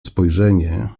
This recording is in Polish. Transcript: spojrzenie